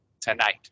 tonight